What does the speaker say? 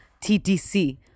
TDC